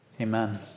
Amen